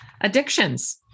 addictions